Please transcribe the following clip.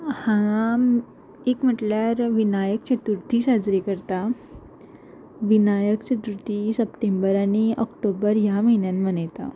हांगा एक म्हटल्यार विनायक चतुर्थी साजरी करता विनायक चतुर्थी सप्टेंबर आनी ऑक्टोबर ह्या म्हयन्यान मनयता